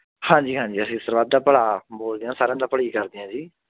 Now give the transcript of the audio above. ਹਾਂਜੀ ਹਾਂਜੀ ਅਸੀਂ ਸਰਬੱਤ ਦਾ ਭਲਾ ਬੋਲਦੇ ਹਾਂ ਸਾਰਿਆਂ ਦਾ ਭਲਾ ਹੀ ਕਰਦੇ ਹਾਂ ਜੀ